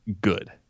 good